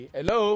Hello